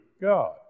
God